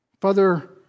Father